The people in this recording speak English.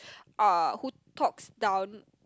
uh who talks down